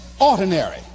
ordinary